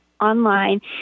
online